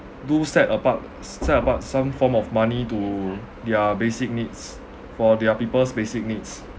do set apart s~ set apart some form of money to their basic needs for their people's basic needs